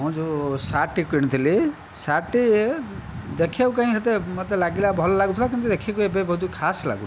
ମୁଁ ଯେଉଁ ସାର୍ଟଟି କିଣିଥିଲି ସାର୍ଟଟି ଦେଖିବାକୁ କାହିଁ ଏତେ ମୋତେ ଲାଗିଲା ଭଲ ଲାଗୁଥିଲା କିନ୍ତୁ ଦେଖିକି ଏବେ ବହୁତ ଖାସ୍ ଲାଗୁନାହିଁ